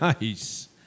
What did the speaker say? Nice